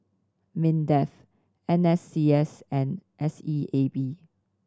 MINDEF N S C S and S E A B